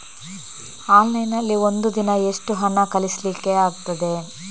Online ನಲ್ಲಿ ಒಂದು ದಿನ ಎಷ್ಟು ಹಣ ಕಳಿಸ್ಲಿಕ್ಕೆ ಆಗ್ತದೆ?